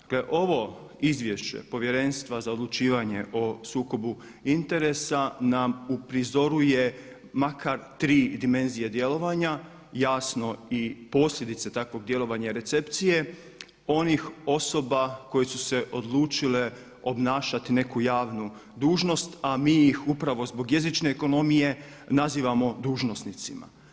Dakle ovo izvješće Povjerenstva za odlučivanje o sukobu interesa nam uprizoruje makar tri dimenzije djelovanja, jasno i posljedice takvog djelovanja i recepcije onih osoba koje su se odlučila obnašati neku javnu dužnost a mi ih upravo zbog jezične ekonomije nazivamo dužnosnicima.